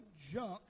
junk